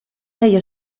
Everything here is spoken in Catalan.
feia